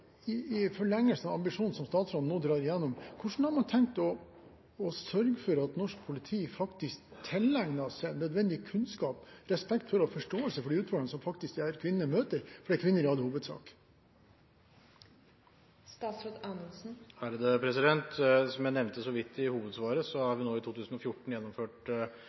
I forlengelse av ambisjonen som statsråden nå skisserer: Hvordan har man tenkt å sørge for at norsk politi faktisk tilegner seg nødvendig kunnskap, respekt for og forståelse for de kvinner de møter – for det gjelder i all hovedsak kvinner? Som jeg nevnte så vidt i hovedsvaret, har vi i 2014 gjennomført